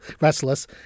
restless